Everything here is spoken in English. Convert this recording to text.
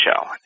show